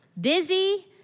busy